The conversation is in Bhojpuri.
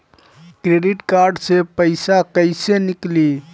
क्रेडिट कार्ड से पईसा केइसे निकली?